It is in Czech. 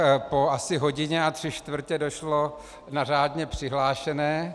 Po asi hodině a tři čtvrtě došlo na řádně přihlášené.